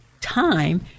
time